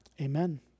amen